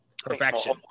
perfection